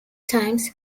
times